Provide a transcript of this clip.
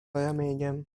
ramieniem